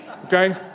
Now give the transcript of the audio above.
Okay